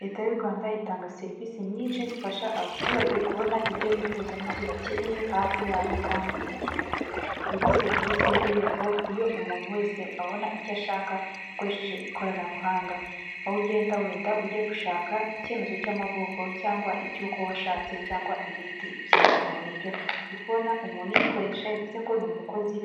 Leta y'u Rwanda itanga serivisi nyinshi zifasha abaturage kubona ibyo bifuza n'ibyo bakeneye hafi yabo kandi ku gihe cyihuse, iyi ni serivisi y'Irembo iyo umuntu wese abona icyo ashaka akoresheje ikoranabuhanga aho ugenda wenda ujye gushaka icyemezo cy'amavuko cyangwa icy'uko washatse cyangwa ibindi bya muri ibyo, ndikubona umuntuyikoresha bivuze ngo ni umukozi